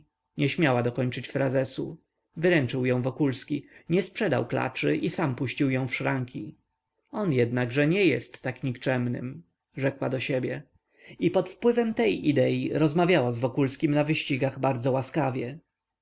nie śmiała dokończyć frazesu wyręczył ją wokulski nie sprzedał klaczy i sam puścił ją w szranki on jednakże nie jest tak nikczemnym rzekła do siebie i pod wpływem tej idei rozmawiała z wokulskim na wyścigach bardzo łaskawie